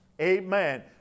Amen